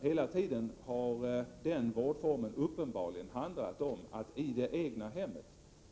Hela tiden har den vårdformen uppenbarligen handlat om att i det egna hemmet